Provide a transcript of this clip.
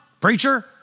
preacher